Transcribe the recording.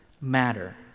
matter